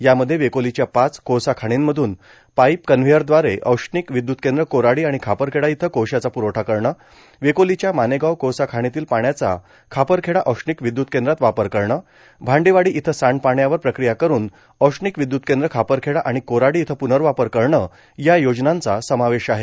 यामध्ये वेकोलिच्या पाच कोळसा खाणींमधून पाईप कन्व्हेयरद्वारे औष्णिक विद्युत केंद्र कोराडी आणि खापरखेडा इथं कोळश्याचा पुरवठा करणं वेकोलिच्या मानेगाव कोळसा खाणीतील पाण्याचा खापरखेडा औष्णिक विद्युत केंद्रात वापर करणं भांडेवाडी इथं सांडपाण्यावर प्रकिया करून औष्णिक विद्युत केंद्र खापरखेडा आणि कोराडी इथं पुनर्वापर करणं या योजनांचा समावेश आहे